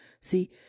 See